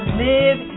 live